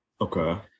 Okay